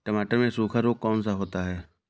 टमाटर में सूखा रोग कौन सा होता है?